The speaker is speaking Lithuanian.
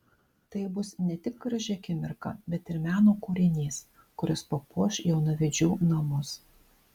tai bus ne tik graži akimirka bet ir meno kūrinys kuris papuoš jaunavedžių namus